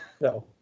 No